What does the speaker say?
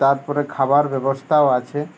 তারপরে খাবার ব্যবস্থাও আছে